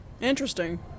Interesting